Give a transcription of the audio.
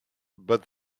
but